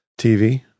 TV